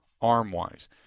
arm-wise